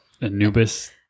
Anubis